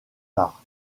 tard